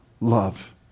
love